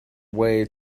way